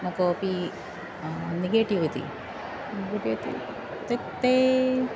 न कोपि निगेटिव् इति नेगेटिव् इति तत् ते